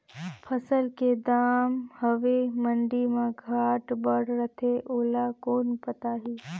फसल के दम हवे मंडी मा घाट बढ़ा रथे ओला कोन बताही?